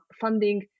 funding